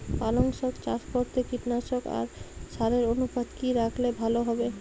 পালং শাক চাষ করতে কীটনাশক আর সারের অনুপাত কি রাখলে ভালো হবে?